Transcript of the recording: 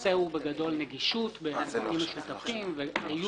מדובר באנשים עם מוגבלויות מצד אחד ומהצד השני,